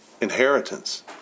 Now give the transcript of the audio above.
inheritance